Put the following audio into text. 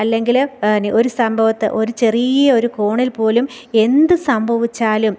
അല്ലെങ്കിൽ പിന്നെ ഒരു സംഭവത്ത് ഒരു ചെറിയൊരു കോണിൽ പോലും എന്ത് സംഭവിച്ചാലും